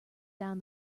down